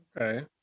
Okay